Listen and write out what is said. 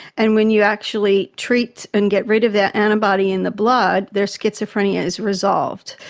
and when you actually treat and get rid of that antibody in the blood, their schizophrenia is resolved.